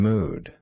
Mood